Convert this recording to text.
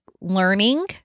learning